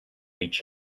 each